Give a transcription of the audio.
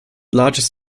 largest